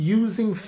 using